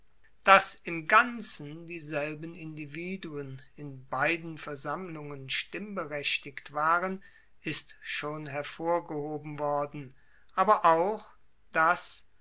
dass im ganzen dieselben individuen in beiden versammlungen stimmberechtigt waren ist schon hervorgehoben worden aber auch dass